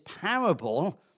parable